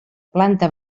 planta